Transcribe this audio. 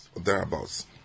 Thereabouts